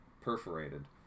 perforated